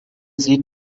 sieht